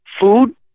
food